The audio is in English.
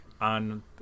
on